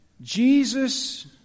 Jesus